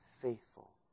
faithful